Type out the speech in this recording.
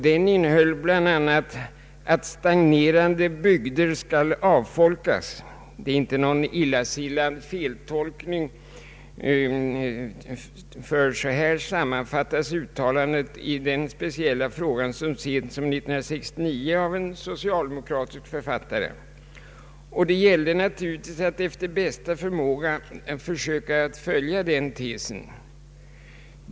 Den innehöll bl.a. att stagnerande bygder skall avfolkas — det är inte någon illasinnad feltolkning, ty så sammanfattades uttalandet i denna speciella fråga så sent som 1969 av en socialdemokratisk författare — och det gällde naturligtvis att efter bästa förmåga försöka följa den tesen.